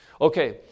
Okay